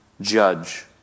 judge